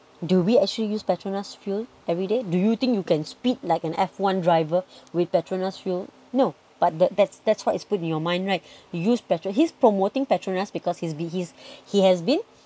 do we actually use petronas fuel everyday do you think you can speed like an F one driver with petronas fuel no but that that's that's what is put in your mind right you use petron~ he's promoting petronas because he's be~ he has been